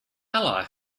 ally